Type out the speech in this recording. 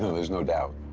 there's no doubt.